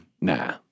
Nah